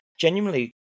genuinely